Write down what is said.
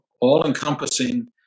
all-encompassing